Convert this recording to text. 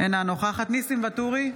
אינה נוכחת ניסים ואטורי,